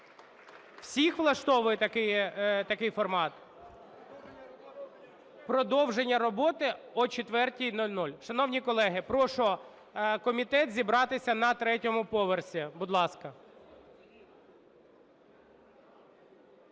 Всіх влаштовує такий формат? Продовження роботи о 16:00. Шановні колеги, прошу комітет зібратися на третьому поверсі, будь ласка.